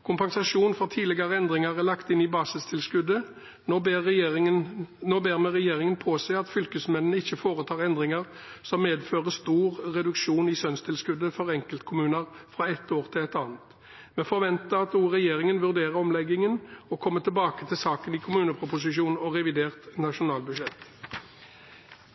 Kompensasjon for tidligere endringer er lagt inn i basistilskuddet. Nå ber vi regjeringen påse at fylkesmennene ikke foretar endringer som medfører stor reduksjon i skjønnstilskuddet for enkeltkommuner fra ett år til et annet. Vi forventer også at regjeringen vurderer omleggingen og kommer tilbake til saken i kommuneproposisjonen og revidert nasjonalbudsjett.